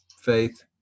faith